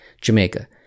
Jamaica